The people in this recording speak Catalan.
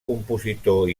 compositor